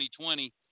2020